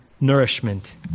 nourishment